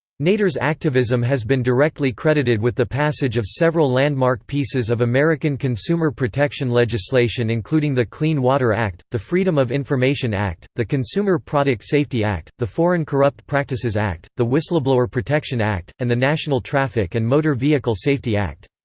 nader's activism has been directly credited with the passage of several landmark pieces of american consumer protection legislation including the clean water act, the freedom of information act, the consumer product safety act, the foreign corrupt practices act, the whistleblower protection act, and the national traffic and motor vehicle safety act.